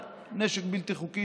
על נשק בלתי חוקי,